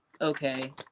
Okay